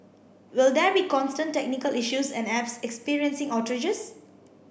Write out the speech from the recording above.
will there be constant technical issues and apps experiencing outrages